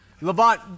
Levant